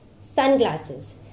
sunglasses